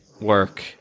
work